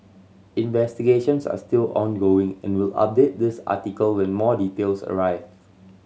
investigations are still ongoing and we'll update this article when more details arrive